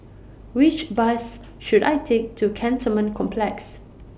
Which Bus should I Take to Cantonment Complex